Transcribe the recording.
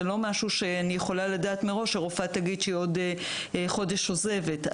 זה לא משהו שאני יכולה להגיד מראש שרופאה תגיד שבעוד חודש היא עוזבת.